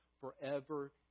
forever